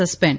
suspend